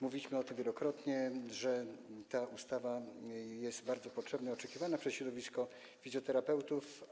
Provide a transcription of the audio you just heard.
Mówiliśmy o tym wielokrotnie, że ta ustawa jest bardzo potrzebna i oczekiwana przez środowisko fizjoterapeutów.